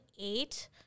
eight